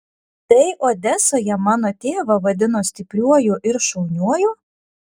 tai odesoje mano tėvą vadino stipriuoju ir šauniuoju